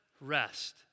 rest